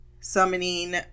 summoning